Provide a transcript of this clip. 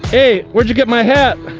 hey! where'd you get my hat?